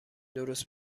درست